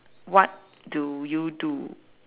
what do you do